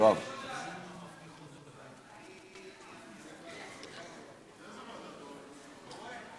אדוני היושב-ראש, חברים,